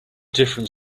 different